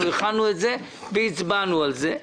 אנחנו הכנו את זה והצבענו על זה.